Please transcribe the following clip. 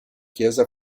chiesa